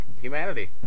humanity